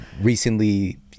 recently